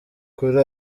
kuri